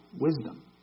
wisdom